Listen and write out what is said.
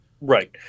right